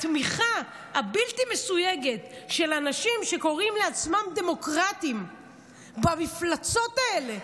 התמיכה הבלתי-מסויגת של אנשים שקוראים לעצמם דמוקרטים במפלצות האלה,